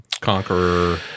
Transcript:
conqueror